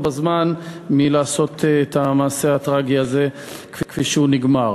בזמן מלעשות את המעשה הטרגי הזה כפי שהוא נגמר.